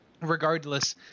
regardless